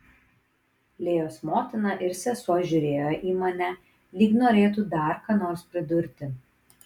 lėjos motina ir sesuo žiūrėjo į mane lyg norėtų dar ką nors pridurti